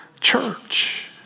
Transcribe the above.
church